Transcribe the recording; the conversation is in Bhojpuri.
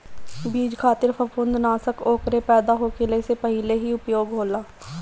बीज खातिर फंफूदनाशक ओकरे पैदा होखले से पहिले ही उपयोग होला